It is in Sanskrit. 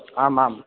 आम् आम्